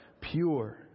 pure